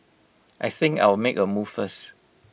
I think I'll make A move first